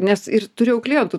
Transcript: nes ir turėjau klientų